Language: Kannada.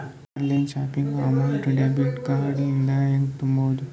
Online shopping amount debit card ಇಂದ ಹೆಂಗ್ ತುಂಬೊದು?